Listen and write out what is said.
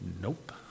Nope